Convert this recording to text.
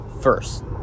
first